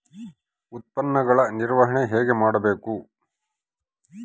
ಉತ್ಪನ್ನಗಳ ನಿರ್ವಹಣೆ ಹೇಗೆ ಮಾಡಬೇಕು?